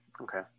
Okay